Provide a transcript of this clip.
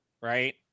Right